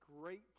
great